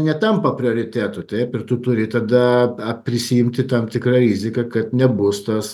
netampa prioritetu taip ir tu turi tada prisiimti tam tikrą riziką kad nebus tas